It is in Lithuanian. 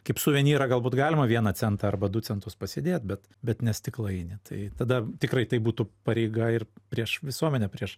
kaip suvenyrą galbūt galima vieną centą arba du centus pasėdėt bet bet ne stiklainy tai tada tikrai tai būtų pareiga ir prieš visuomenę prieš